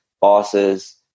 bosses